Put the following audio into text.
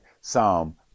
Psalm